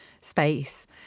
space